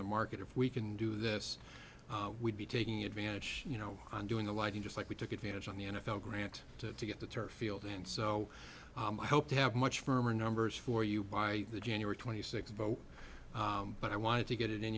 the mark if we can do this we'd be taking advantage you know on doing the lighting just like we took advantage of the n f l grant to get the turf field and so i hope to have much firmer numbers for you by the january twenty sixth vote but i wanted to get it in